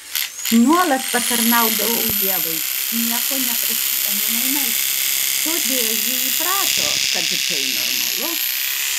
nuolat patarnaudavau ievai nieko neprašydama mainais todėl ji įprato kad tai normalu